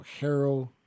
Harold